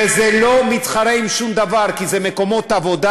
וזה לא מתחרה בשום דבר, כי זה מקומות עבודה.